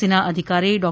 C ના અધિકારી ડો